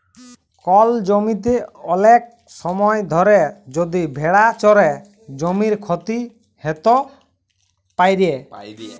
call জমিতে ওলেক সময় ধরে যদি ভেড়া চরে জমির ক্ষতি হ্যত প্যারে